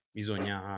bisogna